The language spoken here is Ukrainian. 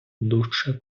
дужче